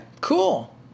cool